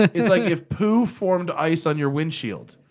ah like if poo formed ice on your windshield.